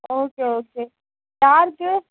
okay okay யாருக்கு